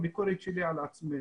תחנה גדולה בכפר יאסיף,